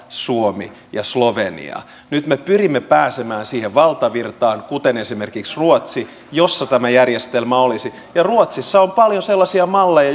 suomi ja slovenia nyt me pyrimme pääsemään siihen valtavirtaan kuten esimerkiksi ruotsi jossa tämä järjestelmä olisi ruotsissa on paljon sellaisia malleja